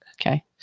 Okay